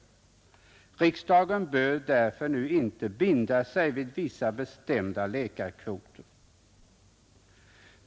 Riksdagen bör därför nu inte binda sig vid vissa bestämda läkarkvoter.